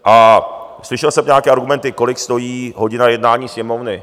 A slyšel jsem nějaké argumenty, kolik stojí hodina jednání Sněmovny.